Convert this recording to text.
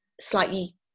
slightly